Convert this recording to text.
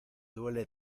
duele